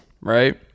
right